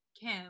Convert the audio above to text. kim